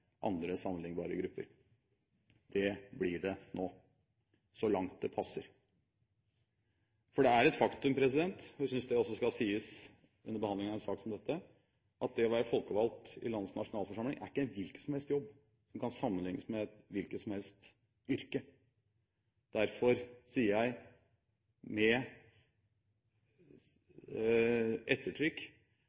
andre sammenlignbare grupper. Det blir det nå – så langt det passer. For det er et faktum – jeg synes det også skal sies under behandlingen av en sak som denne – at det å være folkevalgt i landets nasjonalforsamling ikke er hvilken som helst jobb som kan sammenlignes med et hvilket som helst yrke. Derfor sier jeg med ettertrykk